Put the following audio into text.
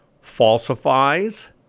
falsifies